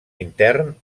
intern